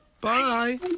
Bye